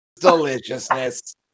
Deliciousness